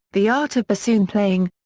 the art of bassoon playing,